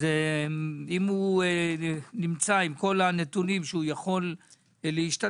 אם הוא נמצא עם כל הנתונים שהוא יכול להשתלב,